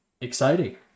exciting